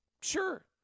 sure